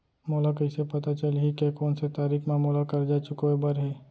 मोला कइसे पता चलही के कोन से तारीक म मोला करजा चुकोय बर हे?